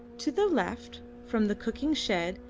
to the left, from the cooking shed,